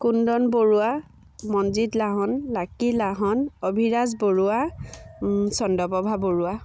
Kundan Baruah Manjit Lahon Lucky Lahon Abhiraj Baruah Chandraprabha Barua